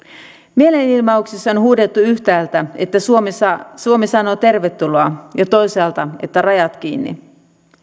mielenilmauksissa on huudeltu yhtäältä että suomi sanoo tervetuloa ja toisaalta että rajat kiinni